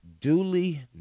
duly